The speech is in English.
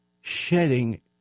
shedding